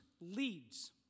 leads